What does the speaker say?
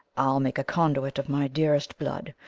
i'll make a conduit of my dearest blood,